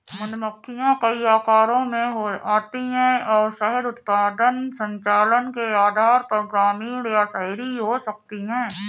मधुमक्खियां कई आकारों में आती हैं और शहद उत्पादन संचालन के आधार पर ग्रामीण या शहरी हो सकती हैं